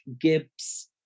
Gibbs